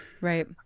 Right